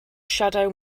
shadow